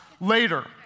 later